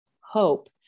hope